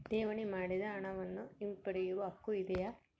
ಠೇವಣಿ ಮಾಡಿದ ಹಣವನ್ನು ಹಿಂಪಡೆಯವ ಹಕ್ಕು ಇದೆಯಾ?